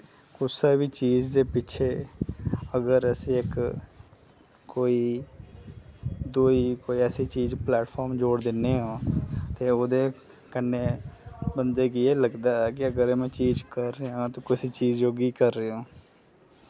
कुसै वी चीज दे पिच्छे अगर असी इक कोई दुई कोई ऐसी चीज प्लैटफार्म जोड़ दिन्ने आं ते ओह्दे कन्नै बंदे गी एह् लगदा ऐ कि अगर में चीज कर रेआं ऐ तो कुसे चीज जोगी कर रेहां